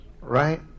right